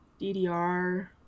DDR